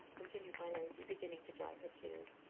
continued my lady, beginning to dry her tears.